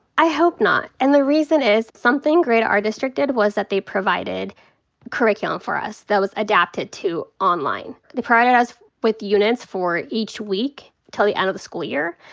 i hope not. and the reason is something great our district did was that they provided curriculum for us that was adapted to online. they provided us with units for each week till the end of the school year.